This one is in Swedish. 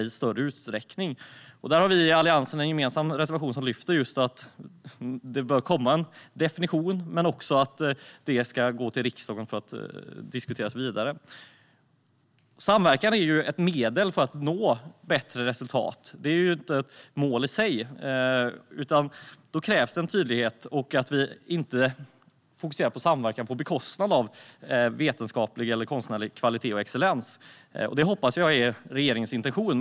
Vi i Alliansen har en gemensam reservation som lyfter fram att det bör komma en definition men också att detta ska gå till riksdagen för att diskuteras vidare. Samverkan är ett medel för att nå bättre resultat. Det är inte ett mål i sig. Då krävs det en tydlighet. Det krävs också att vi inte fokuserar på samverkan på bekostnad av vetenskaplig eller konstnärlig kvalitet och excellens. Det hoppas jag är regeringens intention.